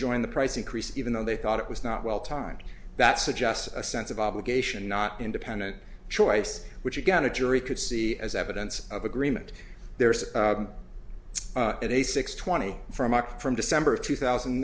join the price increase even though they thought it was not well timed that suggests a sense of obligation not independent choice which again a jury could see as evidence of agreement there is at a six twenty from up from december of two thousand